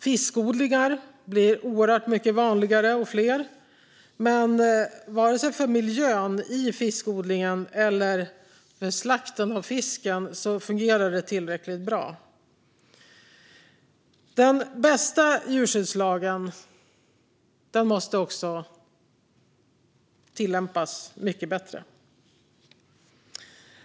Fiskodlingarna blir fler, men varken miljön i fiskodlingen eller slakten fungerar tillräckligt bra. Den bästa djurskyddslagen måste också tillämpas mycket bättre.